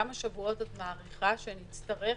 כמה שבועות את מעריכה שנצטרך